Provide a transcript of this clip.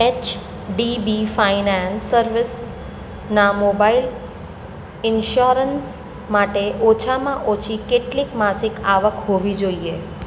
HDB financial સર્વિસના mobile insurance માટે ઓછામાં ઓછી કેટલીક માસિક આવક હોવી જોઈએ